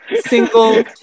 single